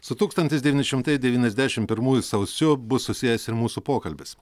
su tūkstantis devyni šimtai devyniasdešim pirmųjų sausiu bus susijęs ir mūsų pokalbis